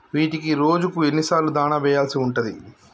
వీటికి రోజుకు ఎన్ని సార్లు దాణా వెయ్యాల్సి ఉంటది?